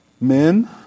men